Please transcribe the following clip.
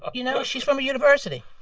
you know, she's from a university.